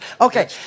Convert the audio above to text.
Okay